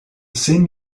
same